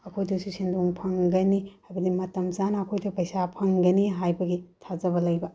ꯑꯩꯈꯣꯏꯗꯁꯨ ꯁꯦꯟꯗꯣꯡ ꯐꯪꯒꯅꯤ ꯍꯥꯏꯕꯗꯤ ꯃꯇꯝ ꯆꯥꯅ ꯑꯩꯈꯣꯏꯗ ꯄꯩꯁꯥ ꯐꯪꯒꯅꯤ ꯍꯥꯏꯕꯒꯤ ꯊꯥꯖꯕ ꯂꯩꯕ